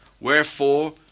Wherefore